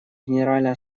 генеральная